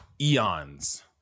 eons